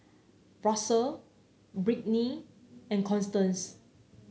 Russell Brittny and Constance